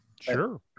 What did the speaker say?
sure